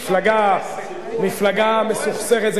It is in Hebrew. מפלגה מסוכסכת.